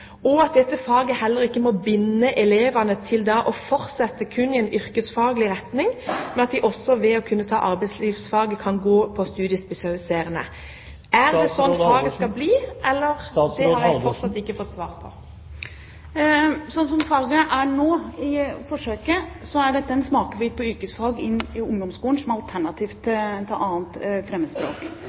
og at dette faget heller ikke må binde elevene til å fortsette kun i en yrkesfaglig retning, men at de ved å ta arbeidslivsfag kan gå på studiespesialiserende. Er det sånn faget skal bli? Det har jeg fortsatt ikke fått svar på. Sånn som faget er nå, i forsøket, er dette en smakebit på yrkesfag inn i ungdomsskolen som alternativ til 2. fremmedspråk.